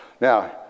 Now